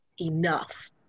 enough